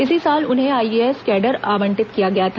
इसी साल उन्हें आईएएस कैंडर आवंटित किया गया था